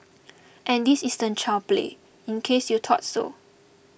and this isn't child play in case you thought so